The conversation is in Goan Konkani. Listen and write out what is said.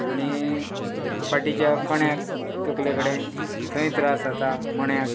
आनी फाटीच्या कण्याक तकले कडेन थंय त्रास जाता मण्याक